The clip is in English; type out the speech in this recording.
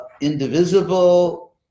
indivisible